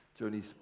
Joni's